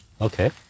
Okay